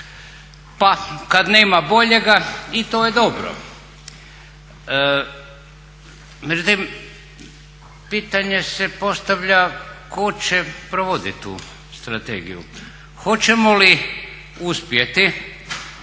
Pa kada nema boljega i to je dobro. Međutim, pitanje se postavlja tko će provoditi tu strategiju. Hoćemo li uspjeti